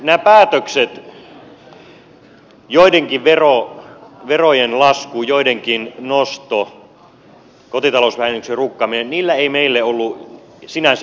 näillä päätöksillä joidenkin verojen lasku joidenkin nosto kotitalousvähennyksen rukkaaminen ei meille ollut sinänsä itseisarvoa